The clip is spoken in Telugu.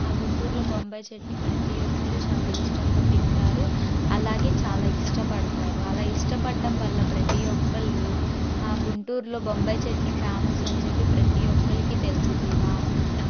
మా గుంటూర్లో బొంబాయ్ చట్నీ ప్రతీ ఒకళ్ళు చాలా ఇష్టంగా తింటారు అలాగే చాలా ఇష్టపడతారు అలాగే ఇష్టపడ్డం వల్ల ప్రతీ ఒకళ్ళు ఆ గుంటూర్లో బొంబాయ్ చట్నీ ఫేమస్ అని చెప్పి ప్రతీ ఒక్కలికి తెలిసిద్ది నా